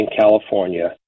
California